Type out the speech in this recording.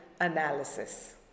analysis